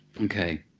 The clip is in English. Okay